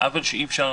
עוול שאי אפשר